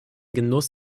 genuss